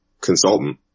consultant